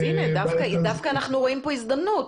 אז הנה, אנחנו דווקא רואים כאן הזדמנות.